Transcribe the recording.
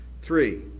Three